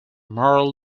marl